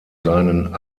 seinen